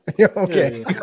Okay